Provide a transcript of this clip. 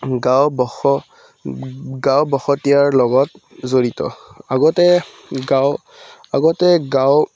গাঁও বস গাঁও বসতীয়াৰ লগত জড়িত আগতে গাঁও আগতে গাঁও